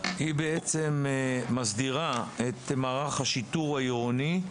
בעצם מסדירה את מערך השיטור העירוני,